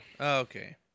Okay